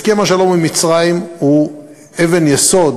הסכם השלום עם מצרים הוא אבן יסוד